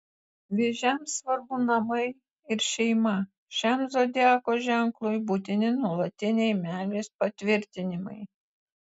vėžiams svarbu namai ir šeima šiam zodiako ženklui būtini nuolatiniai meilės patvirtinimai